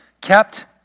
kept